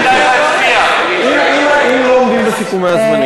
מצוין לי שיש לך אישור לחמש דקות.